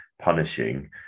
punishing